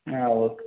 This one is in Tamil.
ஆ ஓகே